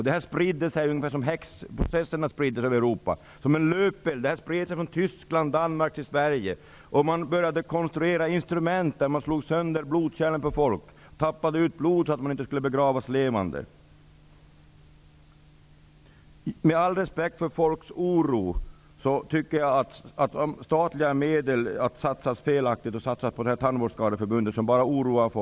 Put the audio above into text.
Detta spred sig liksom häxprocesserna som en löpeld över Man började konstruera instrument för att slå sönder blodkärlen på folk och tappa ut blod så att de inte skulle begravas levande. Med all respekt för folks oro, tycker jag att det har varit felaktigt att satsa statliga medel på